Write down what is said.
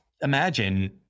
imagine